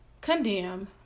condemn